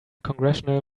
congressional